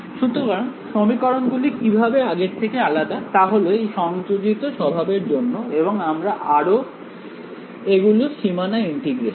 সুতরাং সমীকরণ গুলি কিভাবে আগের থেকে আলাদা তা হল এই সংযোজিত স্বভাবের জন্য এবং আরো এগুলি সীমানা ইন্টিগ্রেশন